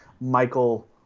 Michael